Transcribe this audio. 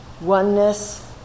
oneness